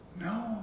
No